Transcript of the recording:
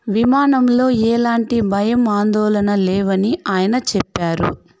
విమానంలో ఎలాంటి భయం ఆందోళన లేవని ఆయన చెప్పారు